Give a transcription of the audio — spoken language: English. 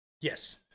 Yes